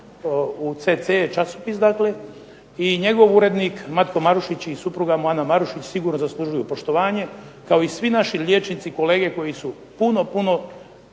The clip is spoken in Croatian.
u CC časopis i dakle njegov urednik Matko Marušić i supruga mu Ana Marušić zaslužuju poštovanje kao i svi naši liječnici, kolege koji su puno, puno